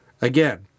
Again